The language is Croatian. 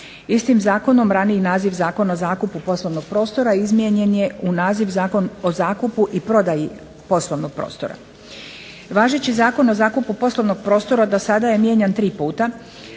Istim zakonom raniji naziv Zakon o zakupu poslovnog prostora izmijenjen je u naziv Zakon o zakupu i prodaji poslovnog prostora. Važeći Zakon o zakupu poslovnog prostora dosada je mijenjan 3 puta,